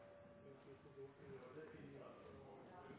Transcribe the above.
Det er å løpe unna